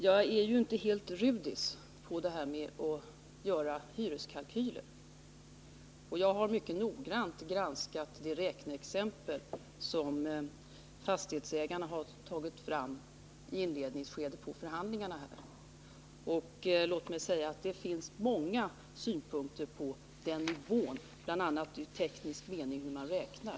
Jag är inte helt rudis på detta att göra hyreskalkyler, och jag har mycket noggrant granskat de räkneexempel som fastighetsägarna har tagit fram i inledningsskedet av förhandlingarna. Låt mig säga att det finns många synpunkter på nivån, bl.a. i teknisk mening, för hur man räknar.